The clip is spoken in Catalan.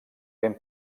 ben